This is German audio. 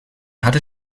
hatte